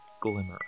glimmer